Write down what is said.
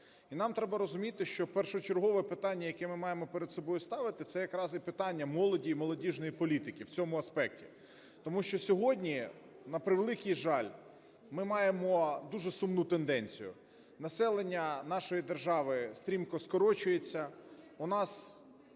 І нам треба розуміти, що першочергове питання, яке ми маємо перед собою ставити, - це якраз і питання молоді і молодіжної політики в цьому аспекті. Тому що сьогодні, на превеликий жаль, ми маємо дуже сумну тенденцію. Населення нашої держави стрімко скорочується, у нас